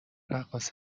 رقاص